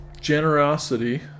generosity